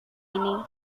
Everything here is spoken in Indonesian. ini